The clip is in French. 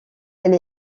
elle